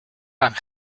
gaan